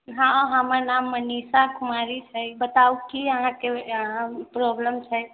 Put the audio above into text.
हॅं हमर नाम मनीषा कुमारी छै बताऊ की अहाॅंके प्रोब्लम छै